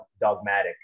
dogmatic